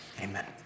amen